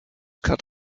cut